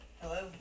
Hello